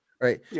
Right